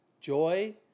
joy